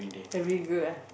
very good ah